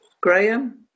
graham